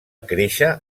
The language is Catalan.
créixer